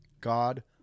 God